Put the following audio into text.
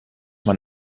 mein